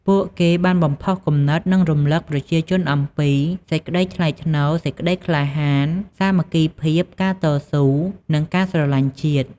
ពួកគេបានបំផុសគំនិត និងរំឭកប្រជាជនអំពី សេចក្តីថ្លៃថ្នូរ សេចក្តីក្លាហាន សាមគ្គីភាព ការតស៊ូ និងការស្រឡាញ់ជាតិ។